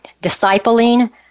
discipling